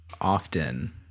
often